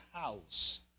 house